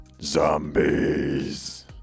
Zombies